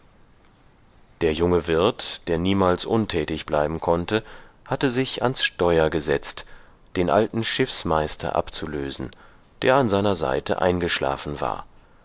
der junge wirt der niemals untätig bleiben konnte hatte sich ans steuer gesetzt den alten schiffsmeister abzulösen der an seiner seite eingeschlafen war